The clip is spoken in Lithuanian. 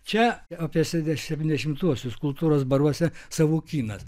čia apie septyniasdešimtuosius kultūros baruose savukynas